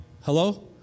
Hello